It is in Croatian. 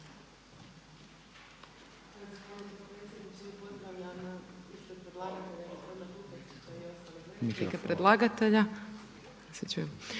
Hvala.